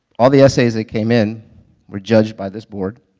all the essays that came in were judged by this board,